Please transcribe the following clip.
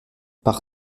par